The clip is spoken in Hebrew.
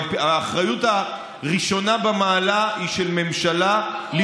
האחריות הראשונה במעלה לפתור אותן היא של הממשלה.